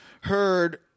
heard